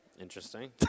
Interesting